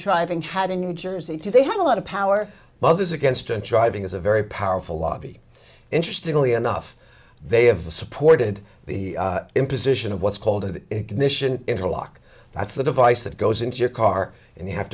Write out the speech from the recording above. driving had in new jersey do they have a lot of power mothers against drunk driving is a very powerful lobby interesting early enough they have supported the imposition of what's called an ignition interlock that's the device that goes into your car and you have